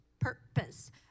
Purpose